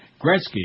Gretzky